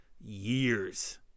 years